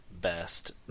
best